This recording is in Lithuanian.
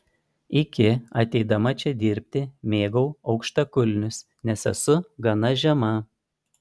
iki ateidama čia dirbti mėgau aukštakulnius nes esu gana žema